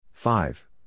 Five